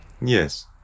Yes